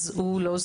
הוא לא.